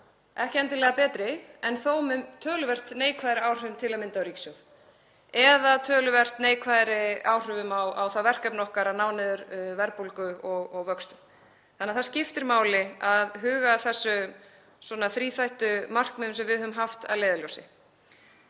ekki endilega betri en þó með mun töluvert neikvæðari áhrifum til að mynda á ríkissjóð eða töluvert neikvæðari áhrifum á það verkefni okkar að ná niður verðbólgu og vöxtum. Þannig að það skiptir máli að huga að þessum þríþættu markmiðum sem við höfum haft að leiðarljósi.